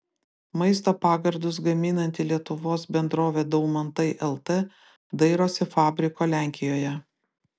maisto pagardus gaminanti lietuvos bendrovė daumantai lt dairosi fabriko lenkijoje